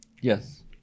Yes